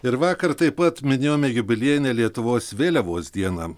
ir vakar taip pat minėjome jubiliejinę lietuvos vėliavos dieną